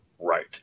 right